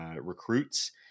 recruits